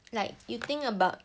like you think about